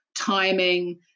timing